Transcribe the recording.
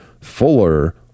fuller